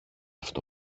αυτό